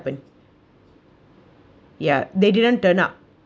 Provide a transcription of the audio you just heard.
ya they didn't turn up